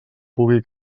pugui